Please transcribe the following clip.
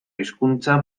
hizkuntza